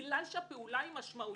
בגלל שהפעולה היא משמעותית?